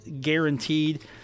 guaranteed